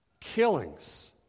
killings